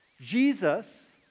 Jesus